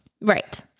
Right